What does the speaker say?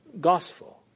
gospel